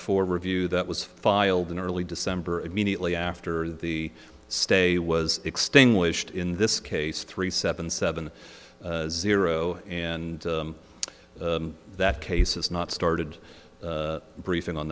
for review that was filed in early december immediately after the stay was extinguished in this case three seven seven zero and that case is not started briefing on